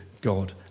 God